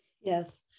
Yes